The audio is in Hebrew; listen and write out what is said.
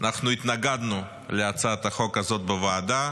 אנחנו התנגדנו להצעת החוק הזאת בוועדה,